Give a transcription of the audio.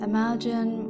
Imagine